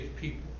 people